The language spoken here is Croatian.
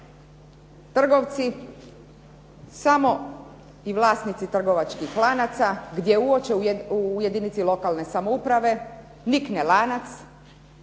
Trgovci samo i vlasnici trgovačkih lanaca gdje uoče u jedinici lokalne samouprave nikne lanac.